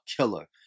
killer